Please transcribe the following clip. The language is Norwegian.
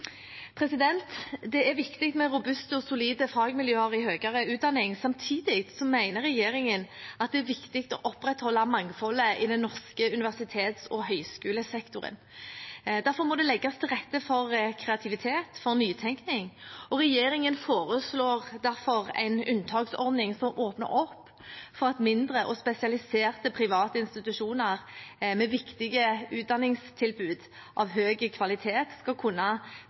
Det er viktig med robuste og solide fagmiljøer i høyere utdanning. Samtidig mener regjeringen at det er viktig å opprettholde mangfoldet i den norske universitets- og høyskolesektoren. Derfor må det legges til rette for kreativitet og nytenkning. Regjeringen foreslår derfor en unntaksordning som åpner opp for at mindre og spesialiserte private institusjoner med viktige utdanningstilbud av høy kvalitet skal kunne